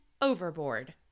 overboard